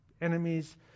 enemies